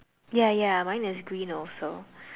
ya ya mine is green also